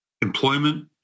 employment